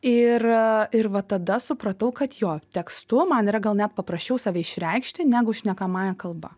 ir ir va tada supratau kad jo tekstu man yra gal net paprasčiau save išreikšti negu šnekamąja kalba